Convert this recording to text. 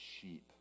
sheep